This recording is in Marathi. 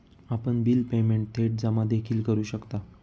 आपण बिल पेमेंट थेट जमा देखील करू शकता